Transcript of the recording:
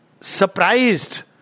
surprised